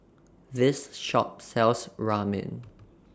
This Shop sells Ramen